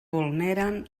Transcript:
vulneren